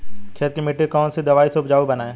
खेत की मिटी को कौन सी दवाई से उपजाऊ बनायें?